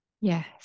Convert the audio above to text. Yes